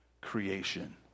creation